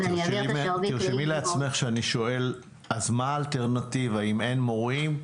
תרשמי לעצמך שאני שואל אז מה האלטרנטיבה אם אין מורים.